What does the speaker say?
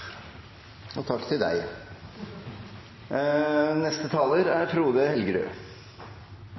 Og takk til deg! Er